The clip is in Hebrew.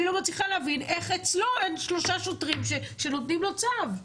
אני לא מצליחה להבין איך אצלו אין שלושה שוטרים שנותנים לו צו?